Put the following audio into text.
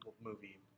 movie